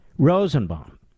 Rosenbaum